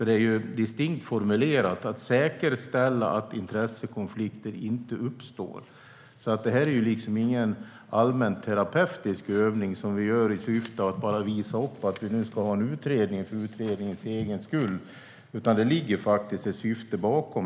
Det är alltså distinkt formulerat: "säkerställa att intressekonflikter inte uppstår". Det är liksom ingen allmän terapeutisk övning, som vi gör i syfte att bara visa upp att vi ska ha en utredning för utredningens egen skull, utan det finns ett syfte bakom.